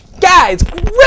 Guys